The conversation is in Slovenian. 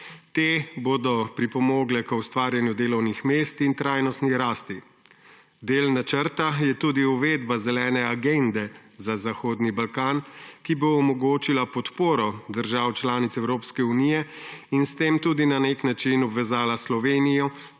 Te bodo pripomogle k ustvarjanju delovnih mest in trajnostni rasti. Del načrta je tudi uvedba Zelene agende za Zahodni Balkan, ki bo omogočila podporo držav članic Evropske unije in s tem tudi na nek način obvezala Slovenijo